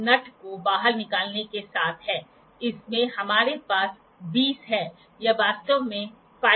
इसलिए हम एंगल माप कर सकते हैं जो उच्च श्रेणी के वेयर रेजिस्टेंट स्टील से बने होते हैं और यह स्लिप गेज के समान सिद्धांत पर काम करते हैं